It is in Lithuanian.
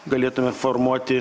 galėtume formuoti